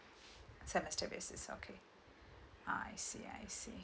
semester basis okay I see I see